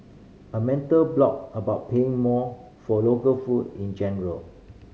a mental block about paying more for local food in general